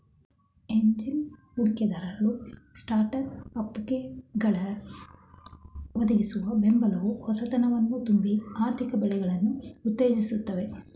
angel ಹೂಡಿಕೆದಾರರು ಸ್ಟಾರ್ಟ್ಅಪ್ಗಳ್ಗೆ ಒದಗಿಸುವ ಬೆಂಬಲವು ಹೊಸತನವನ್ನ ತುಂಬಿ ಆರ್ಥಿಕ ಬೆಳವಣಿಗೆಯನ್ನ ಉತ್ತೇಜಿಸುತ್ತೆ